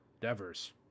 Devers